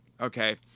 okay